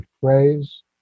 phrase